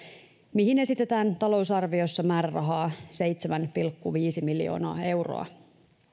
mihin esitetään talousarviossa määrärahaa seitsemän pilkku viisi miljoonaa euroa